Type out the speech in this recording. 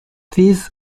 these